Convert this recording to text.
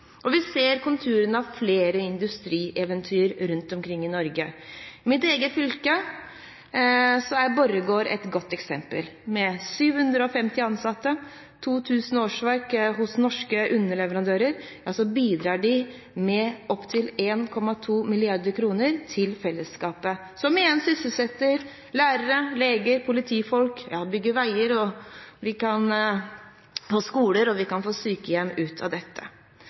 Vi ser konturene av flere industrieventyr rundt omkring i Norge. I mitt eget fylke er Borregaard et godt eksempel. Med 750 ansatte og 2 000 årsverk hos norske underleverandører bidrar de med opptil 1,2 mrd. kr til fellesskapet, som igjen sysselsetter lærere, leger og politifolk, og vi kan bygge veier, skoler og sykehjem. Når Kristelig Folkeparti tenker på bærekraft og